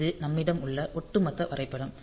இது நம்மிடம் உள்ள ஒட்டுமொத்த வரைபடம்